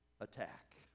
attack